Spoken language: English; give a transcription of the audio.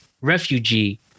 refugee